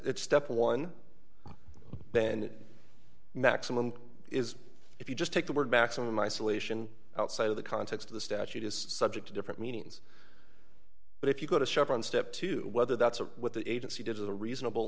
it's step one then maximum is if you just take the word maximum isolation outside of the context of the statute is subject to different meanings but if you go to shop on step two whether that's what the agency did as a reasonable